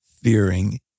fearing